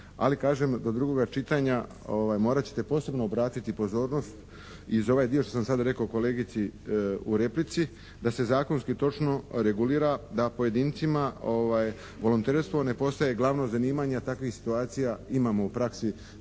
ali kažem do drugoga čitanja morat ćete posebno obratiti pozornost i za ovaj dio što sam sada rekao kolegici u replici da se zakonski točno regulira da pojedincima volonterstvo ne postaje glavno zanimanje a takvih situacija imamo u praksi